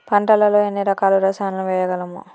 పంటలలో ఎన్ని రకాల రసాయనాలను వేయగలము?